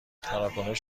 تراکنش